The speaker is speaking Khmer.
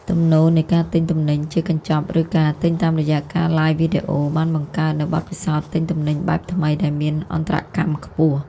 ទំនោរនៃការទិញទំនិញជាកញ្ចប់ ឬការទិញតាមរយៈការឡាយវីដេអូ បានបង្កើតនូវបទពិសោធន៍ទិញទំនិញបែបថ្មីដែលមានអន្តរកម្មខ្ពស់។